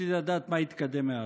רציתי לדעת מה התקדם מאז.